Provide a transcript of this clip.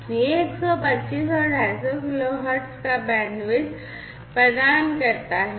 यह 125 और 250 kilo hertz का बैंडविड्थ प्रदान करता है